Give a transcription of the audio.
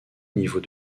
niveau